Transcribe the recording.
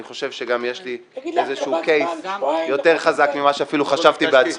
אני חושב שגם יש לי איזשהו קייס יותר חזק ממה שאפילו חשבתי בעצמי.